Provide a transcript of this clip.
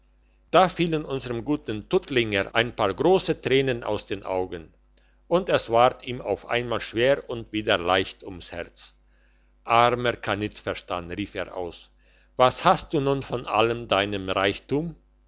da fielen unserm guten tuttlinger ein paar grosse tränen aus den augen und es ward ihm auf einmal schwer und wieder leicht ums herz armer kannitverstan rief er aus was hast du nun von allem deinem reichtum